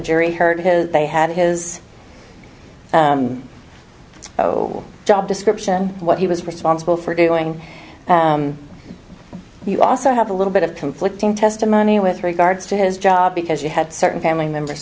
jury heard because they had his oh job description what he was responsible for doing you also have a little bit of conflicting testimony with regards to his job because you had certain family members